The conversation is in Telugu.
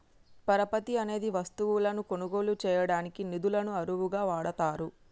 పరపతి అనేది వస్తువులను కొనుగోలు చేయడానికి నిధులను అరువుగా వాడతారు